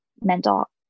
mental